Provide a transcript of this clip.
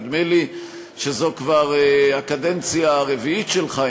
נדמה לי שזו כבר הקדנציה הרביעית שלך,